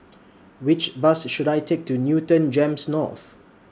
Which Bus should I Take to Newton Gems North